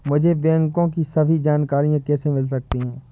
मुझे बैंकों की सभी जानकारियाँ कैसे मिल सकती हैं?